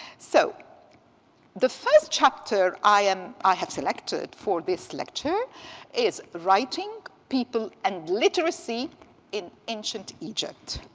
so the first chapter i um i have selected for this lecture is writing people and literacy in ancient egypt.